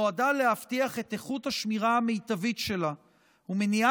נועדה להבטיח את איכות השמירה המיטבית שלה ולמנוע